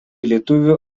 lietuvių